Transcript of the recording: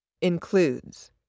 includes